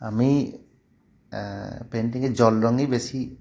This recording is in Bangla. আমি পেন্টিংয়ের জল রংই বেশি